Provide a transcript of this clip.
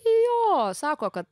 jo sako kad